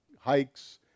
hikes